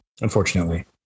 unfortunately